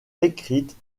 écrites